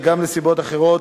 וגם לסיבות אחרות,